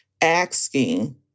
asking